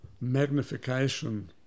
magnification